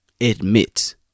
admit